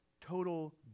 Total